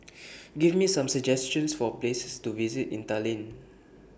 Give Me Some suggestions For Places to visit in Tallinn